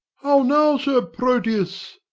how now, sir proteus!